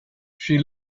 she